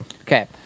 Okay